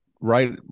right